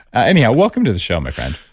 anyhow, welcome to the show, my friend